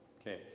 Okay